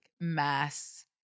mass